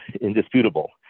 indisputable